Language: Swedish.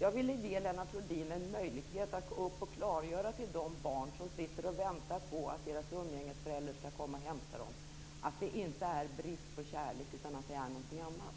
Jag ville ge Lennart Rohdin en möjlighet att klargöra för de barn som sitter och väntar på att deras umgängesförälder skall komma och hämta dem, att det inte är av brist på kärlek utan att det beror på någonting annat.